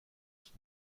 son